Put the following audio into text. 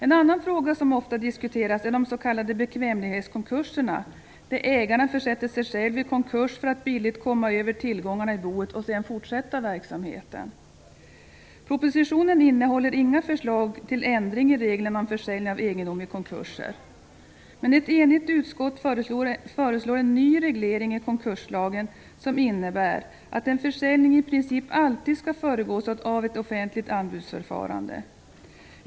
En annan fråga som ofta diskuteras är de s.k. bekvämlighetskonkurser där ägaren försätter sig själv i konkurs för att billigt komma över tillgångarna i boet och sedan fortsätta verksamheten. Propositionen innehåller inga förslag till ändring i reglerna om försäljning av egendom i konkurser. Ett enigt utskott föreslår en ny reglering i konkurslagen som innebär att en försäljning i princip alltid skall föregås av ett offentligt anbudsförfarande.